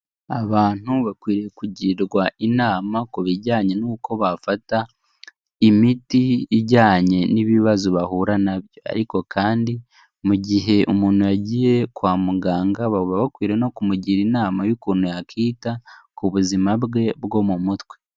Abantu bakwiye kugirwa inama ku bijyanye n'uko bafata imiti ijyanye n'ibibazo bahura nabyo. Ariko kandi mu gihe umuntu yagiye kwa muganga baba bakwiriye no kumugira inama y'ukuntu yakwita ku buzima bwe bwo mu mutwe.